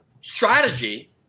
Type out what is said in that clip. strategy